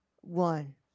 one